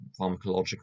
pharmacological